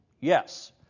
Yes